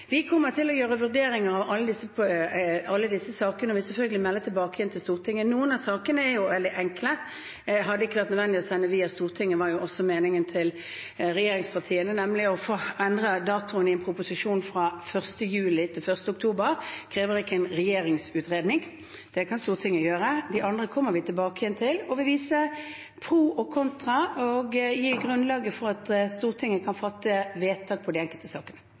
Vi kommer til å gjøre vurderinger av alle disse sakene og vil selvfølgelig melde tilbake til Stortinget. Noen av sakene er veldig enkle, og det hadde ikke vært nødvendig å sende dem via Stortinget. Det var også regjeringspartienes mening. Å endre en dato i en proposisjon, fra 1. juli til 1. oktober, krever ikke en regjeringsutredning. Det kan Stortinget gjøre. De andre sakene kommer vi tilbake til, og vi vil vise pro og kontra og gi et grunnlag for at Stortinget kan fatte vedtak i de enkelte sakene.